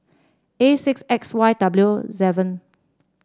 A six X Y W seven